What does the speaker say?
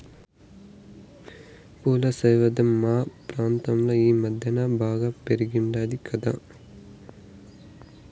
పూల సేద్యం మా ప్రాంతంలో ఈ మద్దెన బాగా పెరిగుండాది కదా